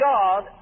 God